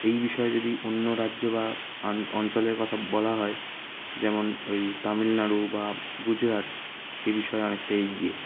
এই বিষয় যদি অন্য রাজ্য বা অঞ্চলের কথা বলা হয় যেমন ওই তামিলনাড়ু বা গুজরাট এ বিষয়ে অনেকটা এগিয়ে